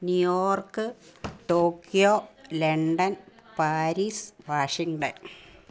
New York Tokyo London Paris Washington